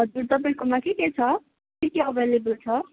हजुर तपाईँकोमा के के छ के के अभाइलेबल छ